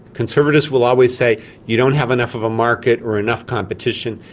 conservatives will always say you don't have enough of a market or enough competition,